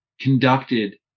conducted